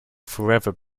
forever